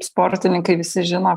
sportininkai visi žino